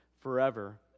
forever